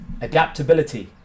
adaptability